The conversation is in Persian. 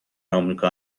آمریکا